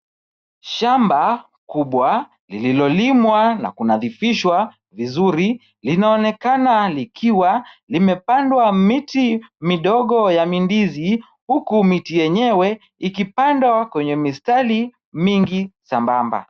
Shamba kubwa, lililolimwa na kunadhifishwa vizuri, linaonekana likiwa limepandwa miti midogo ya mindizi huku miti yenyewe ikipandwa kwenye mistari mingi sambamba.